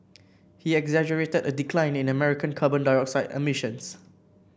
he exaggerated a decline in American carbon dioxide emissions